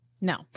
No